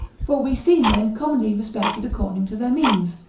for we see men commonly respected according to their means,